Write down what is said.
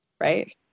Right